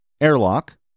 airlock